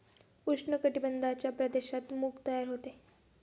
उष्ण कटिबंधाच्या प्रदेशात मूग तयार होते